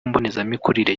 mbonezamikurire